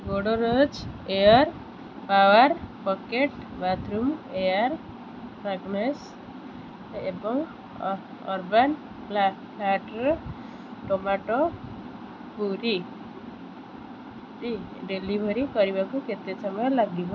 Godrej air power pocket bathroom air fragrance ଏବଂ uh urban ପ୍ଲା platter tomato puree ଡି delivery କରିବାକୁ କେତେ ସମୟ ଲାଗିବ